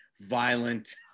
violent